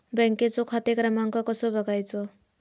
बँकेचो खाते क्रमांक कसो बगायचो?